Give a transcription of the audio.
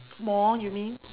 more you mean